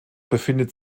befindet